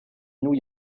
new